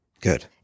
Good